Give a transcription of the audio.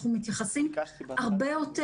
אנחנו מתייחסים הרבה יותר.